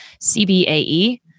CBAE